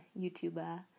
YouTuber